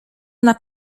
ona